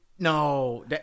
No